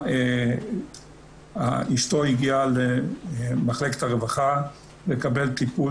אשתו הגיעה למחלקת הרווחה לקבל טיפול